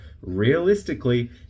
realistically